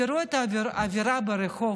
תראו את האווירה ברחוב,